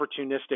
opportunistic